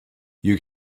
you